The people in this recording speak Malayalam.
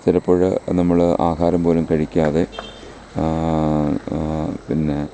ചിലപ്പോള് നമ്മള് ആഹാരം പോലും കഴിക്കാതെ പിന്നെ